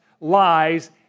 lies